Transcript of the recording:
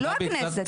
לא הכנסת.